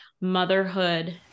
Motherhood